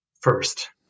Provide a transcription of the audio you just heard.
first